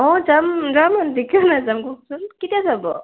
অঁ যাম যাম নাযাম াকৌ কওকচোন কেতিয়া যাব